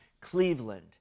Cleveland